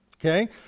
Okay